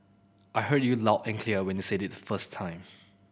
I heard you loud and clear when you said it the first time